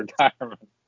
retirement